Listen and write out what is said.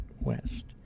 west